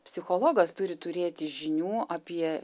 psichologas turi turėti žinių apie